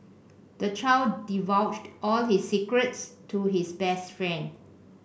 the child divulged all his secrets to his best friend